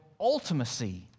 ultimacy